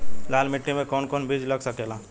लाल मिट्टी में कौन कौन बीज लग सकेला?